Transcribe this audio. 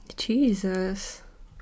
Jesus